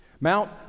Mount